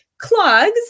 Clogs